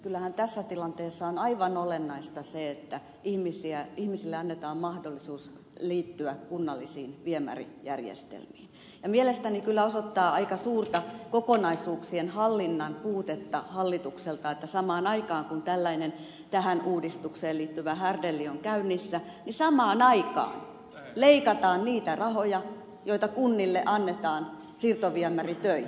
kyllähän tässä tilanteessa on aivan olennaista se että ihmisille annetaan mahdollisuus liittyä kunnallisiin viemärijärjestelmiin ja mielestäni kyllä osoittaa aika suurta kokonaisuuksien hallinnan puutetta hallitukselta että samaan aikaan kun tällainen tähän uudistukseen liittyvä härdelli on käynnissä leikataan niitä rahoja joita kunnille annetaan siirtoviemäritöihin